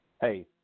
hey